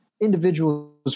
individuals